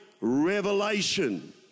revelation